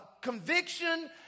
conviction